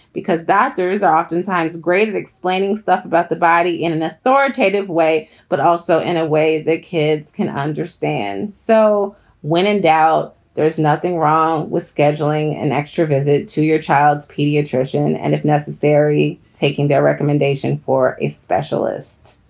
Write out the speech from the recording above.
because that there's often times great at explaining stuff about the body in an authoritative way, but also in a way that kids can understand. so when in doubt, there is nothing wrong with scheduling an extra visit to your child's pediatrician and if necessary, taking their recommendation for a specialist